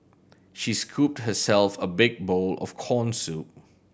she scooped herself a big bowl of corn soup